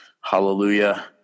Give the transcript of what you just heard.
Hallelujah